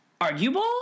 arguable